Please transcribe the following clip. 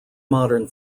modern